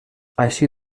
així